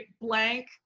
blank